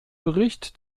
bericht